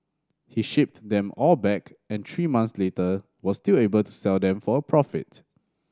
he shipped them all back and three months later was still able to sell them for a profit